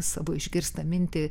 savo išgirstą mintį